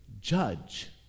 judge